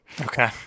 Okay